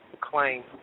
claim